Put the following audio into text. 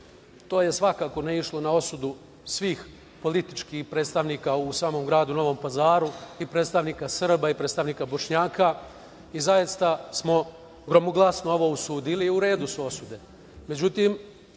to je svakako naišlo na osudu svih političkih predstavnika u samom gradu Novom Pazaru i predstavnika Srba i predstavnika Bošnjaka i zaista smo gromoglasno ovo osudili. U redu su osude.